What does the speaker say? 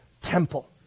temple